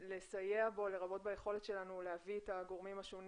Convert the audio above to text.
לסייע בו לרבות ביכולת שלנו להביא את הגורמים השונים